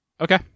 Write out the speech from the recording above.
Okay